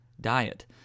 Diet